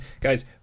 Guys